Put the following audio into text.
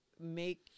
make